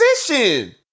position